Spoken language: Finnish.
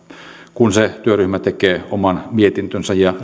kun se työryhmä tekee oman mietintönsä ja